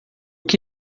que